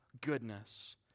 goodness